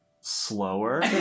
slower